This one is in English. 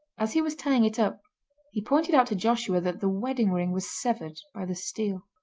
as he was tying it up he pointed out to joshua that the wedding ring was severed by the steel.